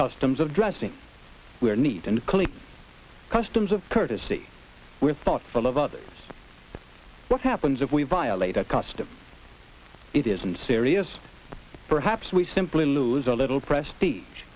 customs of dressing we are neat and clear customs of courtesy we're thoughtful of others what happens if we violate a custom it isn't serious perhaps we simply lose a little prestige